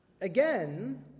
again